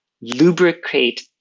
lubricate